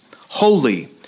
holy